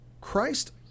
Christ